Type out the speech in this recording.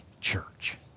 church